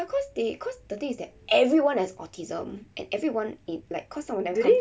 ya cause they cause the thing is that everyone has autism and everyone in like cause some of them come